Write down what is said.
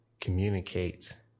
communicate